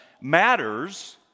matters